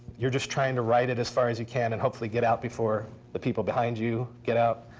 you're just trying to ride it as far as you can and hopefully get out before the people behind you get out.